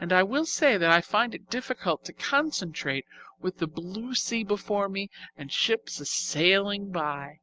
and i will say that i find it difficult to concentrate with the blue sea before me and ships a-sailing by!